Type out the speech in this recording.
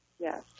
Yes